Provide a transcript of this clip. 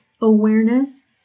awareness